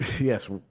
Yes